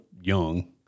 young